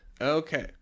okay